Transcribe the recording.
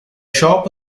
shop